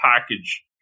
package